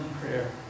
prayer